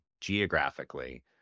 geographically